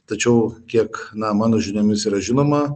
tačiau kiek na mano žiniomis yra žinoma